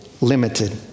limited